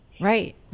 Right